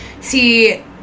see